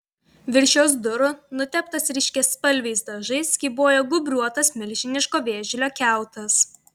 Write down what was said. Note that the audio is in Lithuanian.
virš jos durų nuteptas ryškiaspalviais dažais kybojo gūbriuotas milžiniško vėžlio kiautas